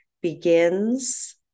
begins